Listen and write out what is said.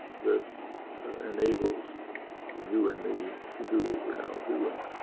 that enables you and me to do what we're now doing,